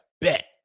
bet